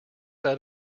out